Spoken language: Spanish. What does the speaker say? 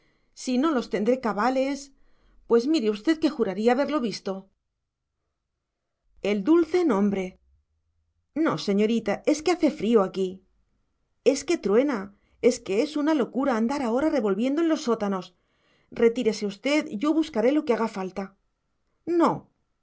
si no los tendré cabales pues mire usted que juraría haberlo visto el dulce nombre no señorita es que hace frío aquí es que truena es que es una locura andar ahora revolviendo en los sótanos retírese usted yo buscaré lo que haga falta